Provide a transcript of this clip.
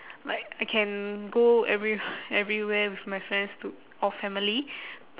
like I can go every~ everywhere with my friends to or family